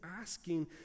asking